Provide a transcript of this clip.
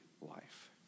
life